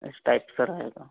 इस टाइप का रहेगा